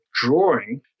drawing